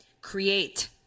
create